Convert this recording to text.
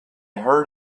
heard